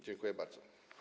Dziękuję bardzo.